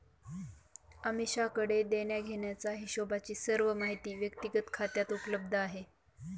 अमीषाकडे देण्याघेण्याचा हिशोबची सर्व माहिती व्यक्तिगत खात्यात उपलब्ध आहे